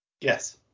Yes